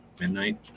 Midnight